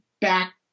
back